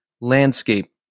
Landscape